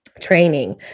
training